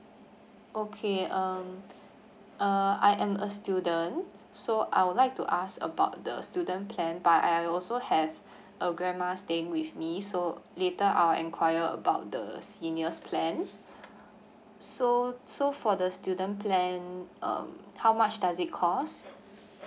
okay um uh I am a student so I would like to ask about the student plan but I also have a grandma staying with me so later I will enquire about the seniors plan so so for the student plan um how much does it cost